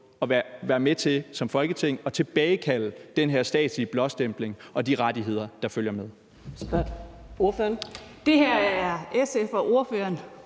at være med til som Folketing at tilbagekalde den her statslige blåstempling og de rettigheder, der følger med.